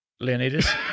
Leonidas